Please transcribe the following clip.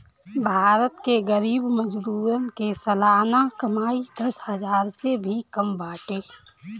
भारत के गरीब मजदूरन के सलाना कमाई दस हजार से भी कम बाटे